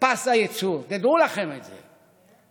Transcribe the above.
פס הייצור, דעו לכם את זה.